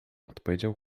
odpowiedział